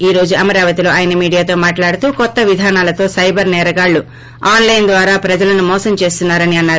ఈ రోజు అమరావతిలో ఆయన మీడియాతో మాట్లాడుతూ కొత్త విధానాలతో సైబర్ నేరగాళ్ళు ఆన్ లైన్ ద్వారా ప్రజలను మోసం చేస్తున్నారని అన్నారు